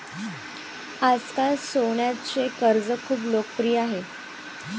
आजकाल सोन्याचे कर्ज खूप लोकप्रिय आहे